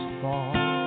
fall